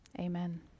Amen